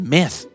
Myth